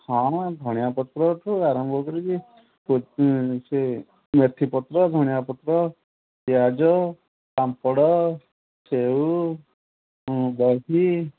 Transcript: ହଁ ଧଣିଆ ପତ୍ରଠୁ ଆରମ୍ଭ କରିକି ସେ ମେଥି ପତ୍ର ଧଣିଆ ପତ୍ର ପିଆଜ ପାମ୍ପଡ଼ ସେଉ ଦହି